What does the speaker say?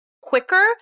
quicker